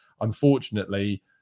unfortunately